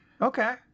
Okay